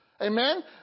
Amen